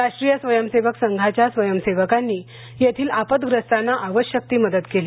राष्ट्रीय स्वयंसेवकसंघाच्या स्वयंसेवकांनी येथील आपद्ग्रस्तांना आवश्यक ती मदत केली